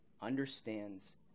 understands